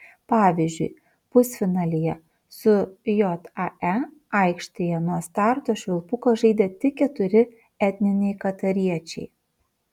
pavyzdžiui pusfinalyje su jae aikštėje nuo starto švilpuko žaidė tik keturi etniniai katariečiai